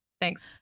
thanks